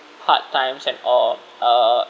hard times and all uh